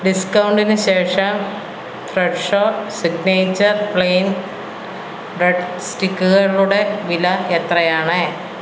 ഡിസ്കൗണ്ടിനു ശേഷം Fresho signature plain bread സ്റ്റിക്കുകളുടെ വില എത്രയാണ്